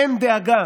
אין דאגה,